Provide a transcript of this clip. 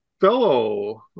fellow